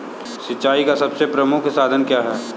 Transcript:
सिंचाई का सबसे प्रमुख साधन क्या है?